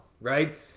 right